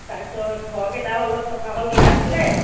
তাৰপিছত ঘৰকেইটাও অলপ চাফা কৰিবলে আছিলে